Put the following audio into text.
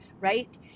right